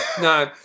No